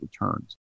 returns